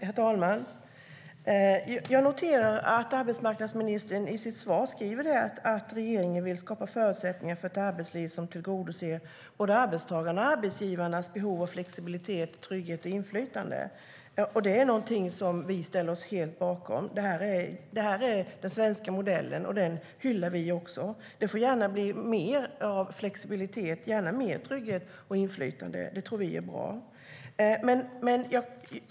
Herr talman! Jag noterar att arbetsmarknadsministern i sitt svar sa att regeringen vill skapa förutsättningar för ett arbetsliv som tillgodoser både arbetstagarnas och arbetsgivarnas behov av flexibilitet, trygghet och inflytande. Det är något som vi ställer oss helt bakom. Det är den svenska modellen, och den hyllar vi också. Det får gärna bli mer av flexibilitet, trygghet och inflytande. Det är bra.